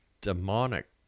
demonic